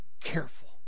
careful